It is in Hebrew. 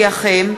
2015,